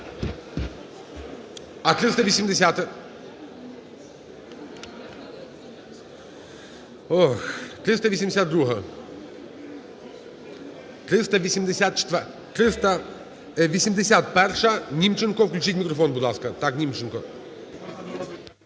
381-а, Німченко. Включіть мікрофон, будь ласка. Так, Німченко.